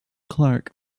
clark